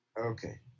Okay